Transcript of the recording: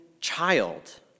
child